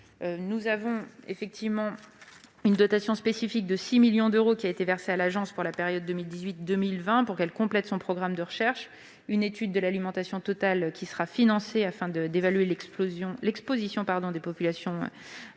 à la concertation. Une dotation spécifique de 6 millions d'euros a été versée à l'Agence pour la période 2018-2020, afin qu'elle complète son programme de recherche. Une étude de l'alimentation totale sera financée pour évaluer l'exposition des populations par voie alimentaire.